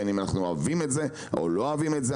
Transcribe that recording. בין אם אנחנו אוהבים או לא אוהבים את זה,